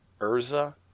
Urza